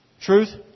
Truth